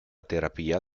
terapia